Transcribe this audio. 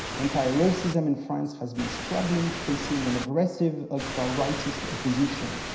anti-racism in france has been struggling, facing an aggressive ultrarightist opposition.